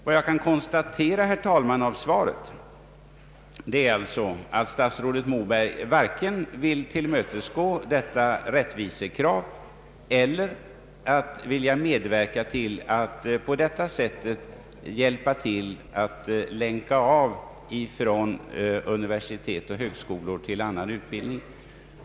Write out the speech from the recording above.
Vad jag kan konstatera, herr talman, av svaret är alltså att statsrådet Moberg varken vill tillmötesgå detta rättvisekrav eller vill medverka till att på detta sätt hjälpa eleverna att länka av från universitet och högskolor till annan utbildning.